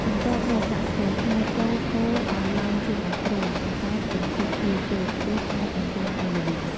បន្ទាប់មកដាក់ស្ករត្នោតចូលកូរឱ្យឡើងជើងអង្រ្កង ប៉ុន្តែកុំទុកយូរពេកព្រោះអាចបណ្តាលឱ្យល្វីង។